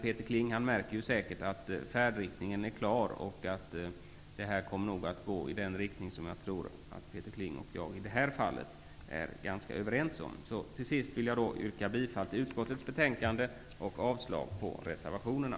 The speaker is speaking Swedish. Peter Kling märker säkert att färdriktningen är klar och att det här nog kommer att gå i den riktning som jag tror att Peter Kling och jag är ganska överens om. Till slut vill jag yrka bifall till utskottets hemställan och avslag på reservationerna.